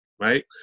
right